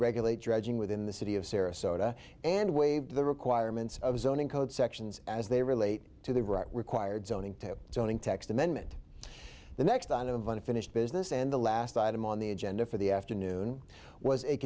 regulate dredging within the city of sarasota and waive the requirements of zoning code sections as they relate to the required zoning to zoning text amendment the next on of unfinished business and the last item on the agenda for the afternoon was